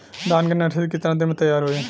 धान के नर्सरी कितना दिन में तैयार होई?